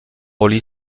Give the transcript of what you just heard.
relie